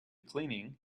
cleaning